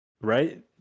Right